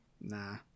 Nah